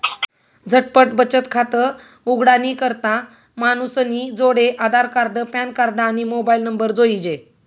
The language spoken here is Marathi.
झटपट बचत खातं उघाडानी करता मानूसनी जोडे आधारकार्ड, पॅनकार्ड, आणि मोबाईल नंबर जोइजे